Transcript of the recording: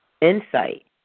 insight